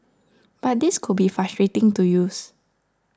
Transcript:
but these could be frustrating to use